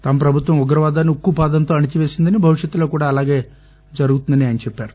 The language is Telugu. తమ ప్రభుత్వం ఉగ్రవాదాన్ని ఉక్కుపాదంతో అణచిపేసిందని భవిష్యత్ లో కూడా అలాగే జరుగుతుందని ఆయన చెప్పారు